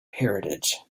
heritage